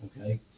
Okay